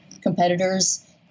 competitors